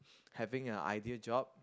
having a ideal job